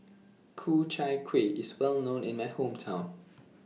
Ku Chai Kueh IS Well known in My Hometown